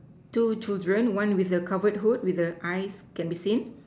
two children one with a covered hood with the eyes can be seen